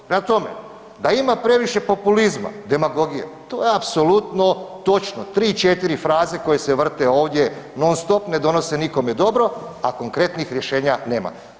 Prema tome, da ima previše populizma, demagogije, to je apsolutno točno, 3-4 fraze koje se vrte ovdje non-stop ne donose nikome dobro, a konkretnih rješenja nema.